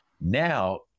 Now